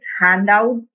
handout